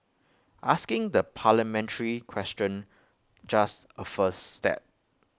asking the parliamentary question just A first step